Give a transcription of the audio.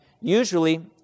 usually